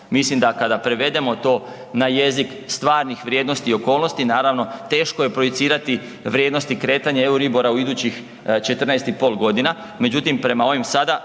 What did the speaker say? Mislim da kada prevedemo to na jezik stvarnih vrijednosti i okolnosti naravno teško je projicirati vrijednosti kretanja EURIBOR-a u idućih 14,5 godina, međutim prema ovim sada